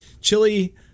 Chili